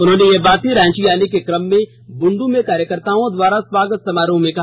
उन्होंने ये बातें रांची आने के कम में बुंडू में कार्यकर्ताओं द्वारा स्वागत समारोह में कहा